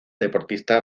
deportista